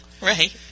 Right